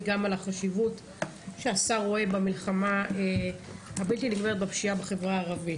גם על החשיבות שהשר רואה במלחמה הבלתי נגמרת בפשיעה בחברה הערבית.